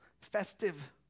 festive